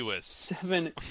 seven